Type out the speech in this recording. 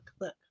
look